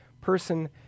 person